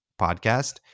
podcast